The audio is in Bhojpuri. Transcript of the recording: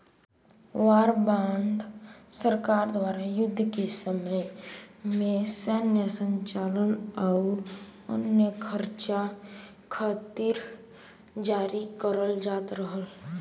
वॉर बांड सरकार द्वारा युद्ध के समय में सैन्य संचालन आउर अन्य खर्चा खातिर जारी करल जात रहल